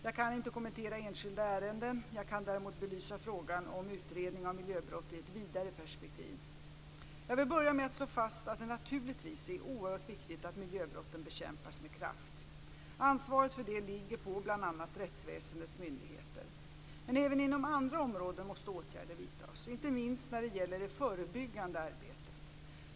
Jag kan inte kommentera enskilda ärenden. Jag kan däremot belysa frågan om utredning av miljöbrott i ett vidare perspektiv. Jag vill börja med att slå fast att det naturligtvis är oerhört viktigt att miljöbrotten bekämpas med kraft. Ansvaret för det ligger på bl.a. rättsväsendets myndigheter. Men även inom andra områden måste åtgärder vidtas, inte minst när det gäller det förebyggande arbetet.